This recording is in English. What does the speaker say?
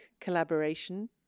collaboration